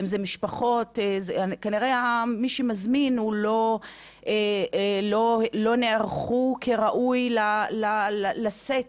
כנראה שמי שמזמין לא נערכו כראוי לשאת